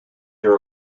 your